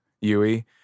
Yui